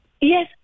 yes